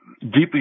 deeply